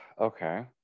Okay